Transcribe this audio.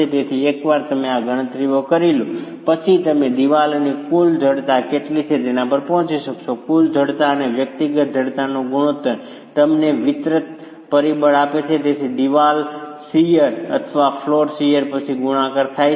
તેથી એકવાર તમે આ ગણતરીઓ કરી લો પછી તમે દિવાલની કુલ જડતા કેટલી છે તેના પર પહોંચી શકશો કુલ જડતા અને વ્યક્તિગત જડતાનો ગુણોત્તર તમને વિતરણ પરિબળ આપે છે તેથી દિવાલ શીયર અથવા ફ્લોર શીયર પછી ગુણાકાર થાય છે